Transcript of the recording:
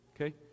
Okay